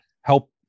help